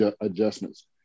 adjustments